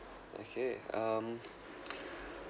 okay um